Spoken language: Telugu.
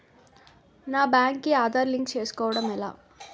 నా బ్యాంక్ కి ఆధార్ లింక్ చేసుకోవడం ఎలా?